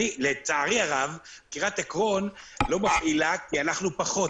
לצערי הרב, קריית עקרון לא מפעילה כי אנחנו פחות.